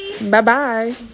Bye-bye